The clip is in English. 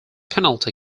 penalty